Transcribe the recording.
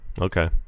Okay